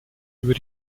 über